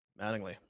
Mattingly